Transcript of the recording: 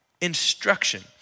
instruction